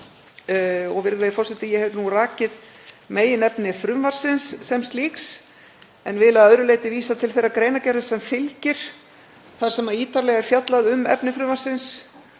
Virðulegi forseti. Ég hef nú rakið meginefni frumvarpsins sem slíks en vil að öðru leyti vísa til þeirrar greinargerðar sem fylgir þar sem ítarlega er fjallað um efni frumvarpsins.